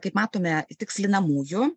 kaip matome tikslinamųjų